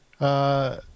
Uh-